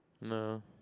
No